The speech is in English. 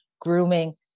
Grooming